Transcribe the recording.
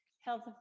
Health